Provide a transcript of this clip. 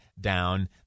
down